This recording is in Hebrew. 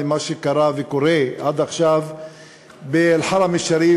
מה שקרה וקורה עד עכשיו באל-חרם א-שריף,